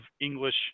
english